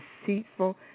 deceitful